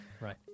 Right